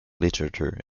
literature